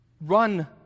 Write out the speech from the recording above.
run